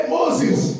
Moses